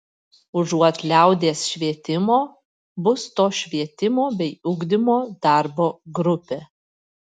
užuot liaudies švietimo bus to švietimo bei ugdymo darbo grupė